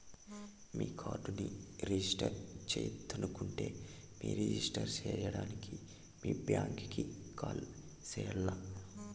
మీ కార్డుని రిజిస్టర్ చెయ్యొద్దనుకుంటే deregister సేయడానికి మీ బ్యాంకీకి కాల్ సెయ్యాల్ల